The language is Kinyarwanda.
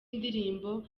indirimbo